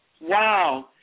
Wow